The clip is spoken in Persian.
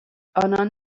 آنان